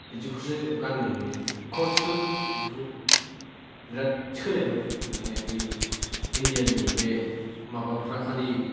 बिदिखौसो गाननाय नुयो कट सुद बिदिखौ बिराद सोलायबाय माने बै इन्डियाननि बे माबाफ्रा खालि